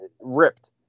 ripped